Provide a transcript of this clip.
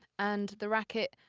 and the racquet,